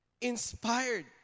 Inspired